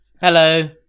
Hello